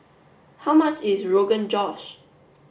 how much is Rogan Josh